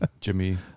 Jimmy